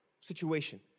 situation